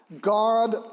God